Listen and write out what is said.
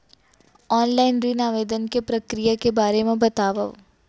Online ऋण आवेदन के प्रक्रिया के बारे म बतावव?